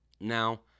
Now